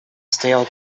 стояла